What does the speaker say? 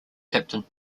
captain